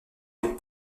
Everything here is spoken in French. les